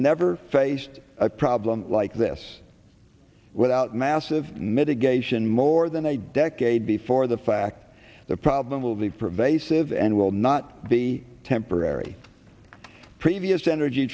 never faced a problem like this without massive mitigation more than a decade before the fact the problem will be pervasive and will not be temporary previous energy